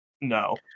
No